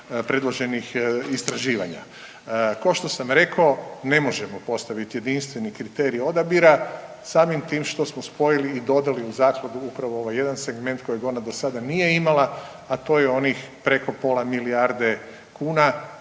predloženih istraživanja. Kao što sam rekao ne možemo postaviti jedinstveni kriterij odabira samim tim što smo spojili i dodali u zakladu upravo ovaj jedan segment kojeg ona do sada nije imala, a to je onih preko pola milijarde kuna